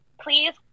please